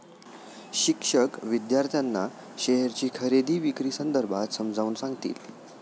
शिक्षक विद्यार्थ्यांना शेअरची खरेदी विक्री संदर्भात समजावून सांगतील